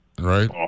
right